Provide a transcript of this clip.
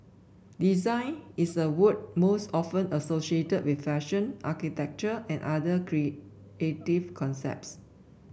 design is a word most often associated with fashion architecture and other creative concepts